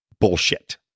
Bullshit